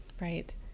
right